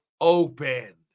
opened